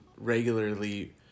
regularly